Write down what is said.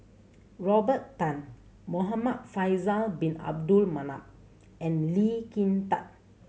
Robert Tan Muhamad Faisal Bin Abdul Manap and Lee Kin Tat